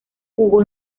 jugó